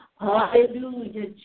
Hallelujah